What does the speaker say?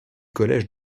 collège